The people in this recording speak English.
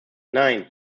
nine